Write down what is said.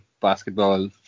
basketball